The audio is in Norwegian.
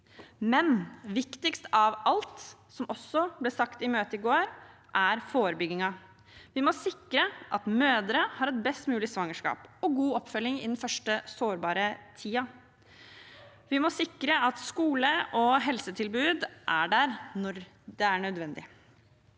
Viktigst av alt, som også ble sagt i møtet i går, er forebyggingen. Vi må sikre at mødre har et best mulig svangerskap og god oppfølging i den første, sårbare tiden. Vi må sikre at skole og helsetilbud er der når det er nødvendig.